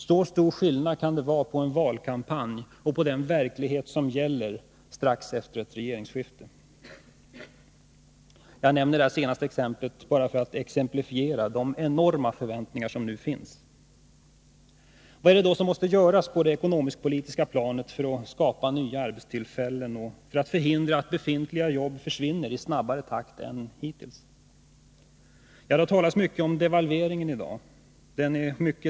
Så stor skillnad kan det vara mellan en valkampanj och den verklighet som gäller strax efter ett regeringsskifte. Jag nämner detta senaste exempel bara för att exemplifiera de enorma förväntningar som nu finns. Vad är det då som måste göras på det ekonomisk-politiska planet för att skapa nya arbetstillfällen och förhindra att befintliga jobb försvinner i snabbare takt än hittills? Det har talats mycket om devalveringen i dag.